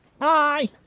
Hi